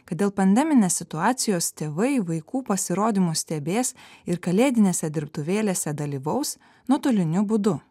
kad dėl pandeminės situacijos tėvai vaikų pasirodymus stebės ir kalėdinėse dirbtuvėlėse dalyvaus nuotoliniu būdu